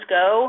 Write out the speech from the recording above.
go